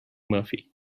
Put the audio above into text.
murphy